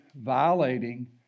violating